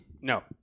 No